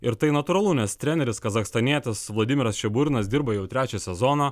ir tai natūralu nes treneris kazachstanietis vladimiras šeburnas dirba jau trečią sezoną